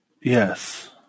Yes